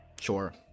sure